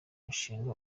mushinga